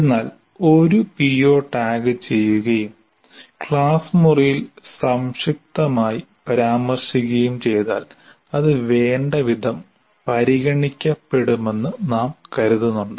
എന്നാൽ ഒരു പിഒ ടാഗുചെയ്യുകയും ക്ലാസ് മുറിയിൽ സംക്ഷിപ്തമായി പരാമർശിക്കുകയും ചെയ്താൽ അത് വേണ്ടവിധം പരിഗണിക്കപ്പെടുമെന്ന് നാം കരുതുന്നുണ്ടോ